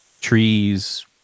trees